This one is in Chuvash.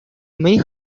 мӗн